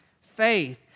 Faith